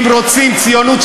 אם רוצים ציונות,